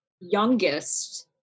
youngest